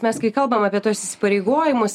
mes kai kalbam apie tuos įsipareigojimus